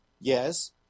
yes